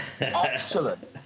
Excellent